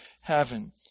heaven